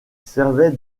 servait